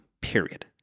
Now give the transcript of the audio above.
period